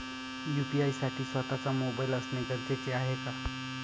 UPI साठी स्वत:चा mobile असणे गरजेचे आहे का?